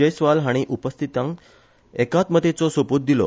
जयस्वाल हांणी उपस्थितांक एकात्मतेचो सोपूत दिलो